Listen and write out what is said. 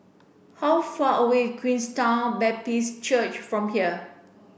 how far away Queenstown Baptist Church from here